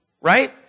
right